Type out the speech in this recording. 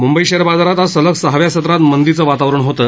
Mumbai share बाजारात आज सलग सहाव्या सत्रात मंदीचं वातावरण होतं